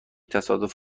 تصادف